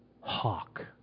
hawk